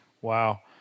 Wow